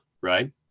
Right